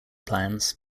plans